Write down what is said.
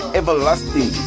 everlasting